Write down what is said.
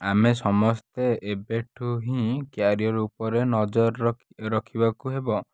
ଆମେ ସମସ୍ତେ ଏବେଠୁ ହିଁ କ୍ୟାରିଅର୍ ଉପରେ ନଜର ରକ ରଖିବାକୁ ହେବ